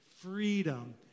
freedom